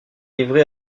livrés